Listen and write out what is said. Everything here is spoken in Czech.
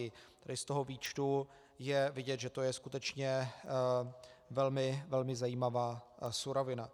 Z toho výčtu je vidět, že to je skutečně velmi, velmi zajímavá surovina.